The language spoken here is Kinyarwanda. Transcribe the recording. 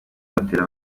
matela